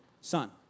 son